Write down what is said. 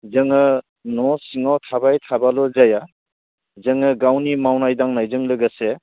जोङो न' सिङाव थाबाय थाब्लाल' जाया जोङो गावनि मावनाय दांनायजों लोगोसे